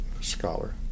scholar